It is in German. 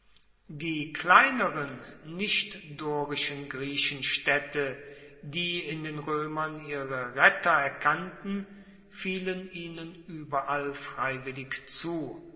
die kleineren nichtdorischen griechenstaedte die in den roemern ihre retter erkannten fielen ihnen ueberall freiwillig zu